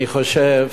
אני חושב